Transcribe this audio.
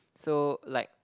so like